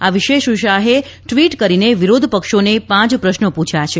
આ વિશે શ્રી શાહે ટ્વીટ કરીને વિરોધપક્ષોને પાંચ પ્રશ્નો પૂછ્યા છે